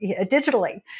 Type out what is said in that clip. digitally